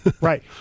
right